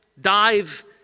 Dive